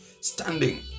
standing